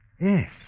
Yes